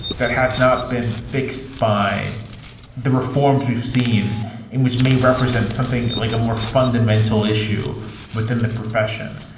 that has not been fixed by the reforms we've seen in which may represent something like a more fundamental issue within the profession.